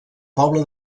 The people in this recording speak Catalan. poble